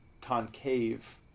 concave